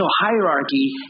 hierarchy